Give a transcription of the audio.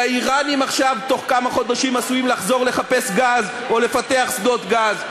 שהאיראנים עכשיו בתוך כמה חודשים עשויים לחזור לחפש גז או לפתח שדות גז.